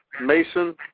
Mason